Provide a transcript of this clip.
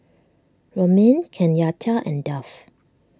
Romaine Kenyatta and Duff